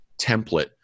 template